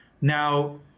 Now